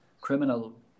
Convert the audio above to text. criminal